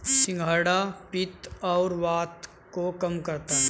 सिंघाड़ा पित्त और वात को कम करता है